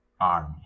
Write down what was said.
army